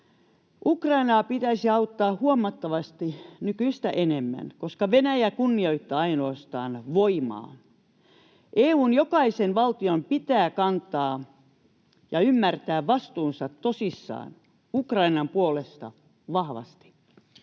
Ukrainaa pitäisi auttaa huomattavasti nykyistä enemmän, koska Venäjä kunnioittaa ainoastaan voimaa. EU:n jokaisen valtion pitää kantaa ja ymmärtää vastuunsa tosissaan, Ukrainan puolesta, vahvasti.